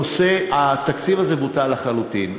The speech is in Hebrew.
התקציב הזה בוטל לחלוטין.